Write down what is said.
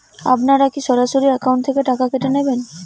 আপনারা কী সরাসরি একাউন্ট থেকে টাকা কেটে নেবেন?